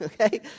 okay